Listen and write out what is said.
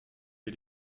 wir